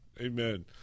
amen